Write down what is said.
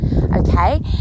Okay